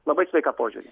labai sveiką požiūrį